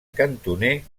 cantoner